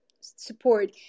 support